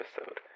episode